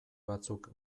batzuk